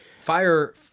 fire